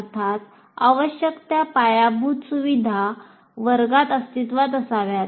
अर्थात आवश्यक त्या पायाभूत सुविधा वर्गात अस्तित्त्वात असाव्यात